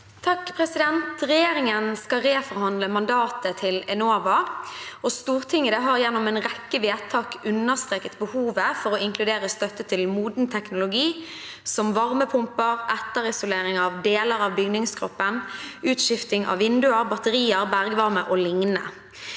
(R) «Regjeringen skal re- forhandle mandatet til Enova. Stortinget har gjennom en rekke vedtak understreket behovet for å inkludere støtte til moden teknologi, som varmepumper, etterisolering av deler av bygningskroppen, utskiftning av vinduer, batterier, bergvarme og lignende.